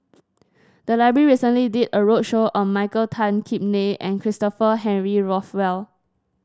the library recently did a roadshow on Michael Tan Kim Nei and Christopher Henry Rothwell